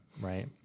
right